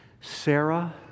Sarah